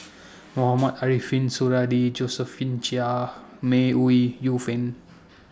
Mohamed Ariffin Suradi Josephine Chia May Ooi Yu Fen